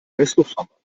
presslufthammer